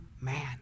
man